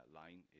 line